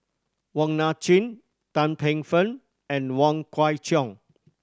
Wong Nai Chin Tan Paey Fern and Wong Kwei Cheong